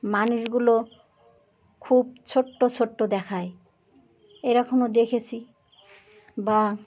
মানুষগুলো খুব ছোট্ট ছোট্ট দেখায় এরকমও দেখেছি বা